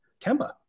Kemba